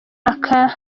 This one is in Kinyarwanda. aka